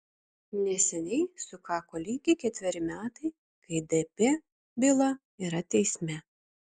neseniai sukako lygiai ketveri metai kai dp byla yra teisme